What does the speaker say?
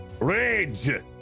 Rage